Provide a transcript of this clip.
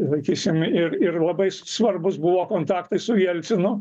sakysim ir ir labai svarbūs buvo kontaktai su jelcinu